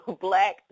black